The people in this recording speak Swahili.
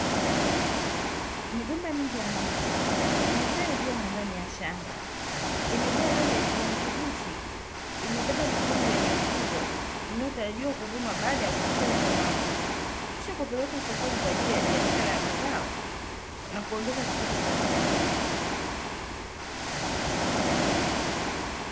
Migomba mingi ya ndizi imestawi vyema ndani ya shamba imejaa rangi ya kijani kibichi, imebeba mikungu yenye uzito inayo tarajiwa kuvunwa baada ya kufikia ukomavu, kisha kupelekwa sokoni kwa ajili ya biashara mazao na kuongeza kipato cha mkulima.